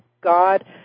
God